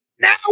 now